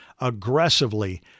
aggressively